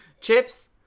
Chips